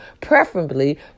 preferably